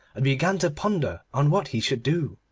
and began to ponder on what he should do.